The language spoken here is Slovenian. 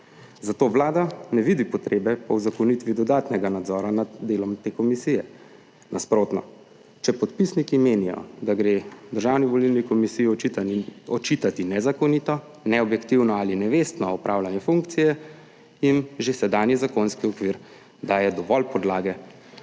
Zato Vlada ne vidi potrebe po uzakonitvi dodatnega nadzora nad delom te komisije. Nasprotno, če podpisniki menijo, da gre Državni volilni komisiji očitani očitati nezakonito, neobjektivno ali nevestno opravljanje funkcije, jim že sedanji zakonski okvir daje dovolj podlage